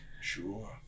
Sure